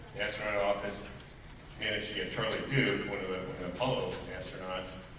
astronaut office managed to get charlie duke one of the apollo astronauts,